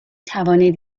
توانید